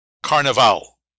Carnival